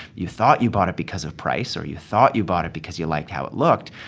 you thought you bought it because of price, or you thought you bought it because you liked how it looked.